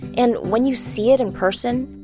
and when you see it in person,